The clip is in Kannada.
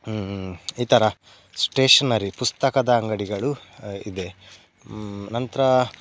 ಇತರ ಸ್ಟೇಷ್ನರಿ ಪುಸ್ತಕದ ಅಂಗಡಿಗಳು ಇದೆ ನಂತರ